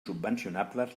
subvencionables